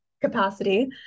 capacity